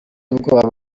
ubwoba